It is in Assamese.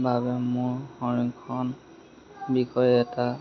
বাবে মোৰ সংৰক্ষণৰ বিষয়ে এটা